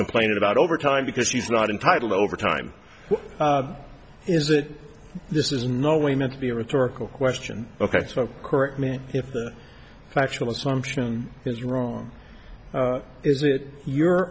complaining about overtime because she's not entitled overtime is that this is no way meant to be a rhetorical question ok so correct me if the actual assumption is wrong is it your